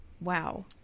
Wow